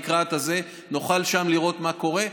לקראת זה נוכל שם לראות מה קורה.